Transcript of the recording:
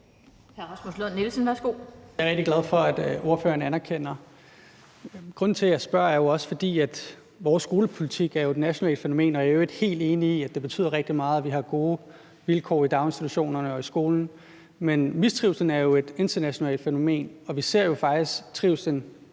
Jeg er rigtig glad for, at ordføreren anerkender det. Grunden til, at jeg spørger, er også, at vores skolepolitik jo er et nationalt fænomen, og jeg er i øvrigt helt enig i, at det betyder rigtig meget, at vi har gode vilkår i daginstitutionerne og i skolen. Men mistrivslen er jo et internationalt fænomen, og vi ser jo faktisk trivslen